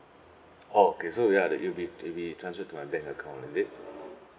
oh okay so ya then it will be it will be transferred to my bank account is it